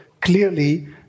clearly